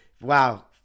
Wow